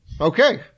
Okay